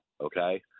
okay